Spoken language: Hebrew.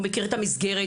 הוא מכיר את המסגרת,